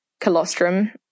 colostrum